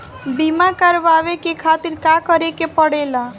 बीमा करेवाए के खातिर का करे के पड़ेला?